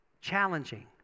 Challenging